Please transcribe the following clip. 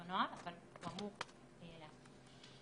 אותו נוהל, אבל כאמור אלה הדברים.